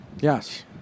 Yes